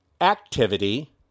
activity